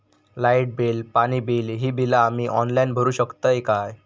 Light bill, पाणी bill, ही बिला आम्ही ऑनलाइन भरू शकतय का?